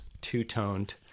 two-toned